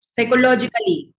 Psychologically